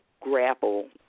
grapple